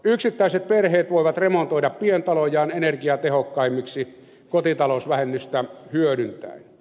yksittäiset perheet voivat remontoida pientalojaan energiatehokkaammiksi kotitalousvähennystä hyödyntäen